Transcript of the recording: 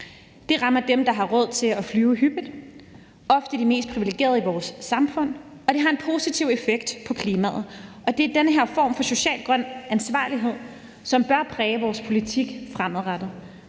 Det rammer dem, der har råd til at flyve hyppigt, ofte de mest privilegerede i vores samfund, og det har en positiv effekt på klimaet. Det er den her form for social grøn ansvarlighed, som bør præge vores politik fremadrettet.